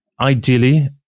ideally